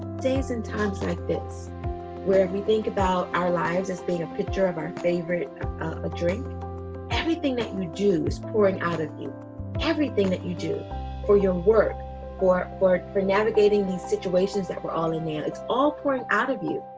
days and times like this where we think about our lives as being a picture of our favorite a drink everything that you do is pouring out of you everything that you do for your work or for navigating these situations that we're all in now it's all pouring out of you.